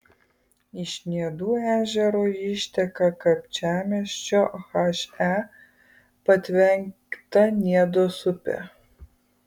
iš niedų ežero išteka kapčiamiesčio he patvenkta niedos upė